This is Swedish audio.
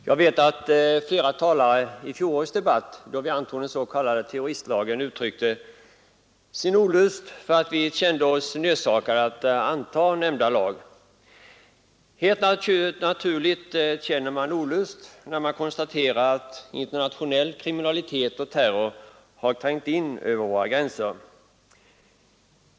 Herr talman! När vi i fjol antog den s.k. terroristlagen uttryckte flera talare sin olust över att vi hade känt oss nödsakade att anta den lagen. Och helt naturligt känner man olust när man konstaterar att internationell kriminalitet och terror har trängt in över våra gränser.